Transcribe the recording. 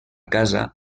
casa